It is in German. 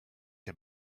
der